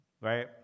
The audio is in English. right